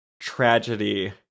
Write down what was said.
Tragedy